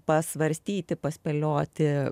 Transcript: pasvarstyti paspėlioti